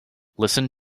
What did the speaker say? listen